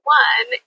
one